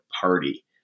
party